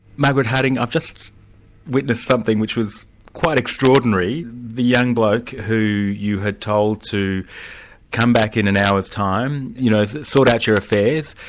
margaret harding, i've just witnessed something which was quite extraordinary, the young bloke who you had told to come back in an hour's time, you know sort out your affairs,